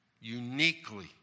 uniquely